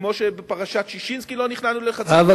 כמו שבפרשת ששינסקי לא נכנענו ללחצים, גם